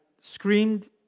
screamed